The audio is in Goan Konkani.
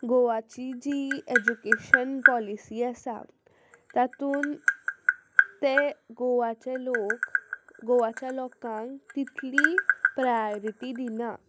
गोवाची जी एज्युकेशन पॉलिसी आसा तातूंत ते गोवाचे लोक गोवाच्या लोकांक तितली प्रायोरिटी दिना